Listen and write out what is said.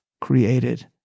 created